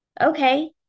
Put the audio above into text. Okay